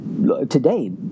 today